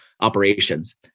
operations